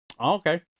Okay